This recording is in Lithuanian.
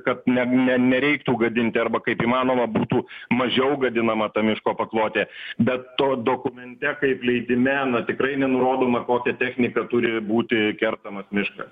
kad ne ne nereiktų gadinti arba kaip įmanoma būtų mažiau gadinama ta miško paklotė be to dokumente kaip leidime tikrai nenurodoma kokia technika turi būti kertamas miškas